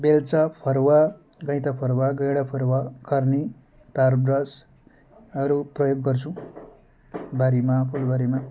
बेल्चा फरुवा गैँता फरुवा गैँडा फरुवा कर्नी तार ब्रसहरू प्रयोग गर्छु बारीमा फुलबारीमा